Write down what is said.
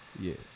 Yes